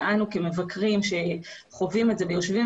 ואנו כמבקרים שחווים את זה ויושבים